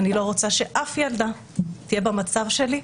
אני לא רוצה שאף ילדה תהיה במצב שלי,